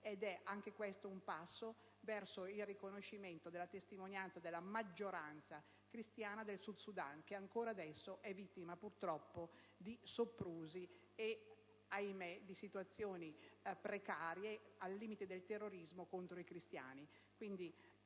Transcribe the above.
ed è anche questo un passo verso il riconoscimento della testimonianza della maggioranza cristiana del Sud Sudan, che ancora adesso è vittima purtroppo di soprusi e - ahimé! - di situazioni precarie, al limite del terrorismo, contro i cristiani.